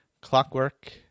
Clockwork